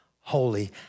holy